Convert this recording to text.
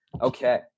Okay